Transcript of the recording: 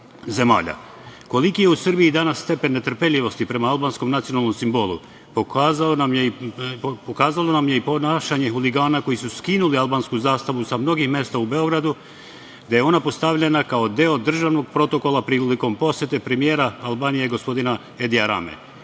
zemalja. Koliki je u Srbiji danas stepen netrpeljivosti prema albanskom nacionalnom simbolu pokazalo nam je i ponašanje huligana koji su skinuli albansku zastavu sa mnogih mesta u Beogradu, gde je ona postavljena kao deo državnog protokola prilikom posete premijera Albanije, gospodina Edija Rame.